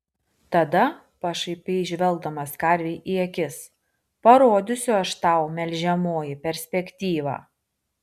tada pašaipiai žvelgdamas karvei į akis parodysiu aš tau melžiamoji perspektyvą